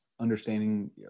understanding